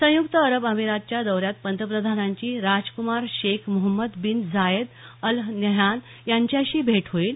संयुक्त अरब अमिरातच्या दौऱ्यात पंतप्रधानांची राजक्मार Sheikh Mohammed bin Zayed Al Nahyan यांच्याशी भेट होईल